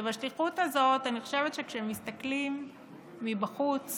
ובשליחות הזאת, אני חושבת שכשמסתכלים מבחוץ